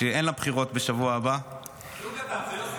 שאין לה בחירות בשבוע הבא -- זה יוסי.